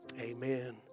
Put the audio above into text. Amen